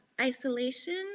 isolation